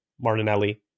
Martinelli